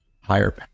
higher